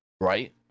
Right